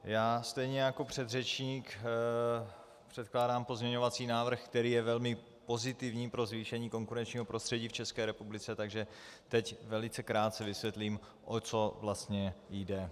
Já stejně jako předřečník předkládám pozměňovací návrh, který je velmi pozitivní pro zvýšení konkurenčního prostředí v České republice, takže teď velice krátce vysvětlím, o co vlastně jde.